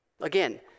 Again